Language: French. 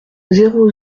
zéro